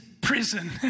prison